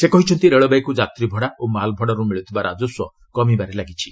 ସେ କହିଛନ୍ତି ରେଳବାଇକୁ ଯାତ୍ରୀ ଭଡ଼ା ଓ ମାଲ୍ ଭଡ଼ାରୁ ମିଳୁଥିବା ରାଜସ୍ୱ କମିବାରେ ଲାଗିଛି